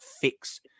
fix